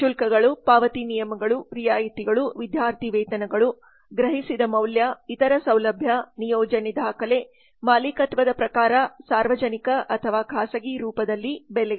ಶುಲ್ಕಗಳು ಪಾವತಿ ನಿಯಮಗಳು ರಿಯಾಯಿತಿಗಳು ವಿದ್ಯಾರ್ಥಿವೇತನಗಳು ಗ್ರಹಿಸಿದ ಮೌಲ್ಯ ಇತರ ಸೌಲಭ್ಯ ನಿಯೋಜನೆ ದಾಖಲೆ ಮಾಲೀಕತ್ವದ ಪ್ರಕಾರ ಸಾರ್ವಜನಿಕ ಅಥವಾ ಖಾಸಗಿ ರೂಪದಲ್ಲಿ ಬೆಲೆಗಳು